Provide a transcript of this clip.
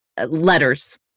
letters